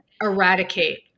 eradicate